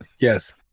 Yes